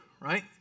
right